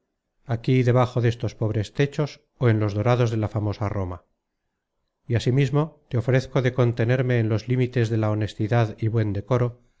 aquí debajo destos pobres techos ó en los dorados de la famosa roma y asimismo te ofrezco de contenerme en los límites de la honestidad y buen decoro